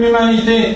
l'humanité